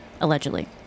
Allegedly